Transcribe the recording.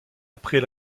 après